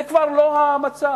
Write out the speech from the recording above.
זה כבר לא המצב.